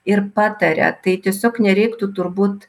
ir pataria tai tiesiog nereiktų turbūt